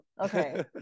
Okay